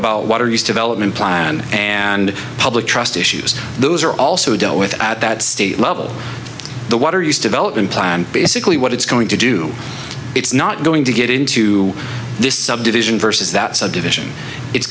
about water used to element plan and public trust issues those are also dealt with at that state level the water used to develop in plan basically what it's going to do it's not going to get into this subdivision versus that subdivision it's